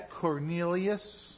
Cornelius